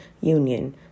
union